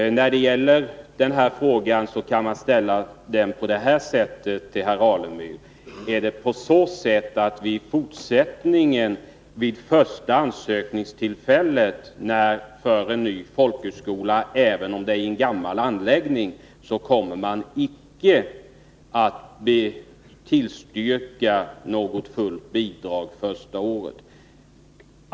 Den här aktuella frågan kan ställas på detta sätt till herr Alemyr: Kommer man från utbildningsutskottet att i fortsättningen vid första ansökningstillfället för en ny folkhögskola, även om den bedrivs i en gammal anläggning, icke att tillstyrka fullt bidrag första året?